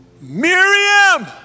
Miriam